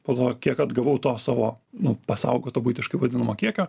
po to kiek atgavau to savo nu pasaugoto buitiškai vadinamo kiekio